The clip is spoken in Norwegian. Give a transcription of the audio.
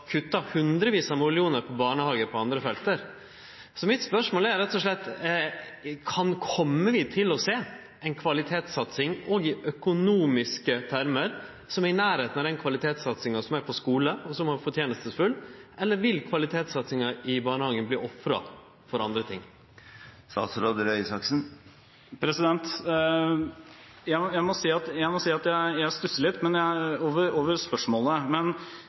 hundrevis av millionar til barnehage på andre felt. Mitt spørsmål er rett og slett: Kjem vi til å sjå ei kvalitetssatsing, òg i økonomiske termar, som er i nærleiken av den kvalitetssatsinga som er på skule – og som er rosverdig – eller vil kvalitetssatsinga i barnehagen verte ofra for andre ting?